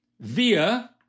via